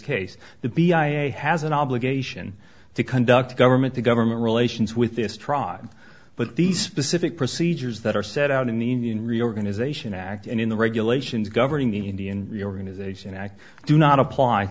case the b i a has an obligation to conduct government to government relations with this tribe but the specific procedures that are set out in the indian reorganization act and in the regulations governing the indian reorganization act do not apply